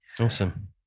Awesome